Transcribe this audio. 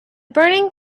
burning